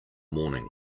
morning